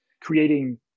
creating